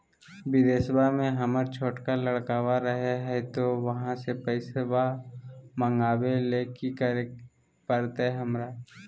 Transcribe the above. बिदेशवा में हमर छोटका लडकवा रहे हय तो वहाँ से पैसा मगाबे ले कि करे परते हमरा?